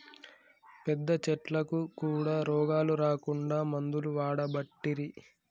పెద్ద చెట్లకు కూడా రోగాలు రాకుండా మందులు వాడబట్టిరి